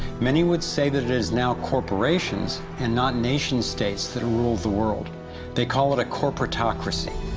many would say that it is now corporations and not nation states that rule the world they call it a corporatocracy.